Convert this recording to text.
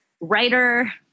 writer